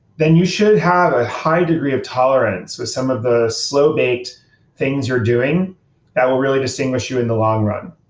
then you should have a high degree of tolerance with some of the slow-baked things you're doing that will really distinguish you in the long run.